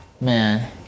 Man